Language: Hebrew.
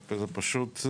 זה פשוט,